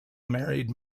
married